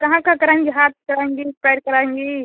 कहाँ कहाँ कराएँगी हाथ कराएँगी पैर कराएँगी